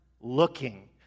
looking